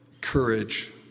courage